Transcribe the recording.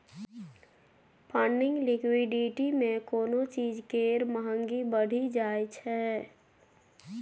funding liquidity मे कोनो चीज केर महंगी बढ़ि जाइ छै